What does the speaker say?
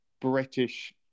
British